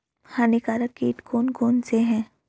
हानिकारक कीट कौन कौन से हैं?